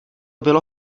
bylo